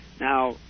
Now